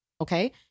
Okay